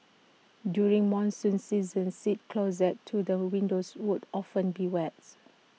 during monsoon season seats closest to the windows would often be wets